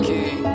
King